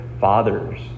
fathers